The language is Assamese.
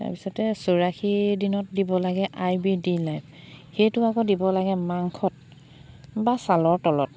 তাৰপিছতে চৌৰাশী দিনত দিব লাগে আই বি দি সেইটো আকৌ দিব লাগে মাংসত বা ছালৰ তলত